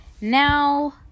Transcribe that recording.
Now